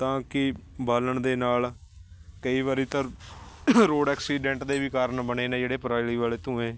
ਤਾਂ ਕਿ ਬਾਲਣ ਦੇ ਨਾਲ ਕਈ ਵਾਰੀ ਤਾਂ ਰੋਡ ਐਕਸੀਡੈਂਟ ਦੇ ਵੀ ਕਾਰਨ ਬਣੇ ਨੇ ਜਿਹੜੇ ਪਰਾਲੀ ਵਾਲੇ ਧੂੰਏ